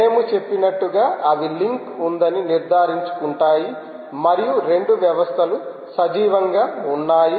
మేము చెప్పినట్లు గా అవి లింక్ ఉందని నిర్ధారించుకుంటాయి మరియు రెండు వ్యవస్థలు సజీవంగా ఉన్నాయి